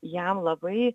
jam labai